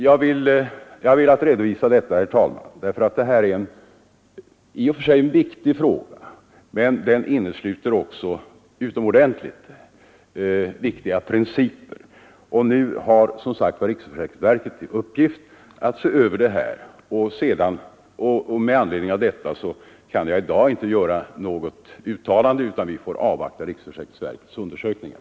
Jag har velat redovisa detta, herr talman, därför att denna fråga också innesluter utomordentligt viktiga principer. Nu har som sagt riksförsäkringsverket i uppdrag att se över detta. Med anledning därav kan jag i dag inte göra något uttalande, utan vi får avvakta riksförsäkringsverkets undersökningar.